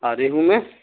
اور ریہو میں